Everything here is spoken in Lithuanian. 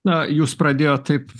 na jūs pradėjot taip